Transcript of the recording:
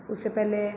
उससे पहले